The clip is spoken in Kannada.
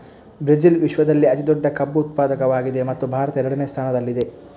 ಬ್ರೆಜಿಲ್ ವಿಶ್ವದಲ್ಲೇ ಅತಿ ದೊಡ್ಡ ಕಬ್ಬು ಉತ್ಪಾದಕವಾಗಿದೆ ಮತ್ತು ಭಾರತ ಎರಡನೇ ಸ್ಥಾನದಲ್ಲಿದೆ